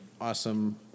awesome